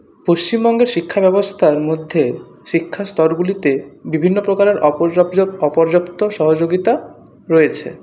পশ্চিমবঙ্গের শিক্ষাব্যবস্থার মধ্যে শিক্ষার স্তরগুলিতে বিভিন্ন প্রকারের অপরযপযপ অপর্যাপ্ত সহযোগিতা রয়েছে